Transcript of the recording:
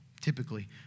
typically